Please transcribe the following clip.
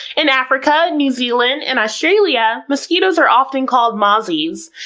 in africa, new zealand, and australia, mosquitos are often called mozzies.